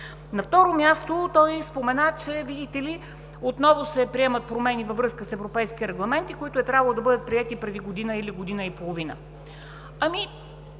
На второ място, той спомена, че, видите ли, отново се приемат промени във връзка с европейски регламенти, които е трябвало да бъдат приети преди година или година и половина.